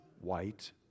white